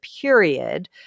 period